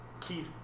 keith